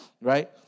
right